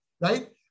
right